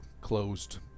closed